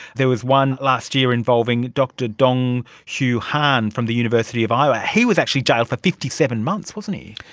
there was one last year involving dr dong pyou han from the university of iowa, he was actually jailed for fifty seven months, wasn't he.